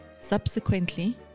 Subsequently